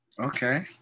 Okay